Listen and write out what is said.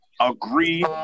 agree